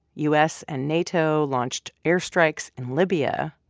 u s. and nato launched airstrikes in libya.